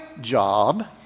job